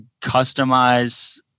customize